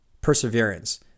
perseverance